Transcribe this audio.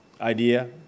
idea